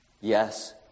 yes